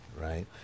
right